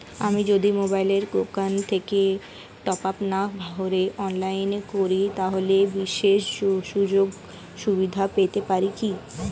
আমি যদি মোবাইলের দোকান থেকে টপআপ না ভরে অনলাইনে করি তাহলে বিশেষ সুযোগসুবিধা পেতে পারি কি?